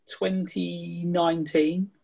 2019